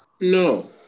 No